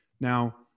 Now